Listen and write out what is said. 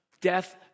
death